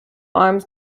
arms